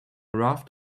raft